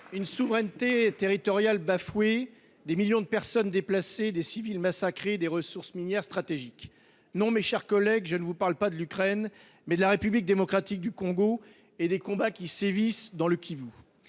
Une souveraineté territoriale bafouée, des millions de personnes déplacées, des civils massacrés et des ressources minières stratégiques : mes chers collègues, je ne vous parle pas de l’Ukraine, mais de la République démocratique du Congo (RDC) et, plus précisément, des combats qui sévissent dans le Kivu.